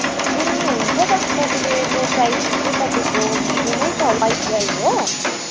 ए हुन्छ त तपाईँले लो प्राइसमा चाहिँ तपाईँको भिभो नै छ वाइ ट्वेल्भ हो